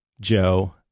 Joe